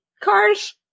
cars